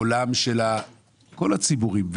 מכל הציבורים.